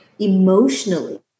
emotionally